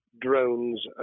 drones